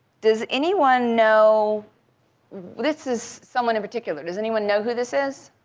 does anyone know this is someone in particular. does anyone know who this is?